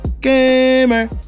gamer